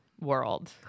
World